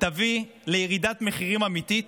תביא לירידת מחירים אמיתית.